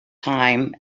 time